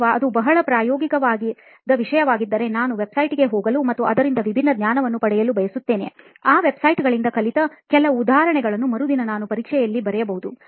ಅಥವಾ ಅದು ಬಹಳ ಪ್ರಾಯೋಗಿಕವಾದ ವಿಷಯವಾಗಿದ್ದರೆ ನಾನು Website ಗೆ ಹೋಗಲು ಮತ್ತು ಅದರಿಂದ ವಿಭಿನ್ನ ಜ್ಞಾನವನ್ನು ಪಡೆಯಲು ಬಯಸುತ್ತೇನೆ ಆ website ಗಳಿಂದ ಕಲಿತ ಕೆಲವು ಉದಾಹರಣೆಗಳನ್ನು ಮರುದಿನ ನಾನು ಪರೀಕ್ಷೆಯಲ್ಲಿ ಬರೆಯಬಹುದು